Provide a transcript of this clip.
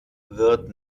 wird